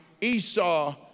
Esau